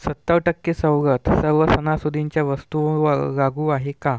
सत्तर टक्के सवलत सर्व सणासुदीच्या वस्तूंवर लागू आहे का